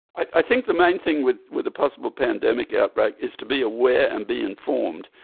i think the main thing with with a possible pandemic outbreak is to be aware and be informed.